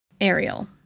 Ariel